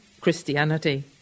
Christianity